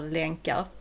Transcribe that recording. länkar